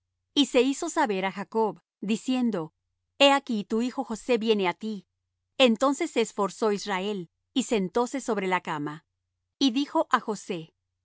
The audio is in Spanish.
y se hizo saber á jacob diciendo he aquí tu hijo josé viene á ti entonces se esforzó israel y sentóse sobre la cama y dijo á josé el